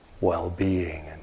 well-being